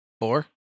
four